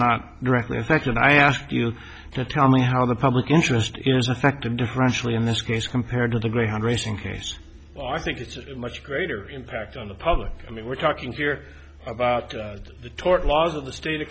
not directly affected i ask you to tell me how the public interest is affected differentially in this case compared to the greyhound racing case but i think it's a much greater impact on the public i mean we're talking here about the tort laws of the state of